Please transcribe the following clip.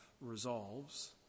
resolves